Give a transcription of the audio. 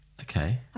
Okay